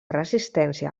resistència